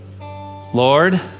Lord